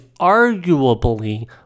arguably